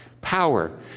Power